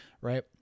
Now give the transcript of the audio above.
right